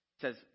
says